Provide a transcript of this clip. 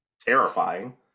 terrifying